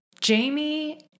Jamie